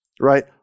Right